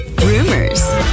rumors